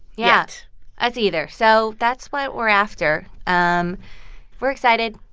yeah us either, so that's what we're after. um we're excited.